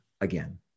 again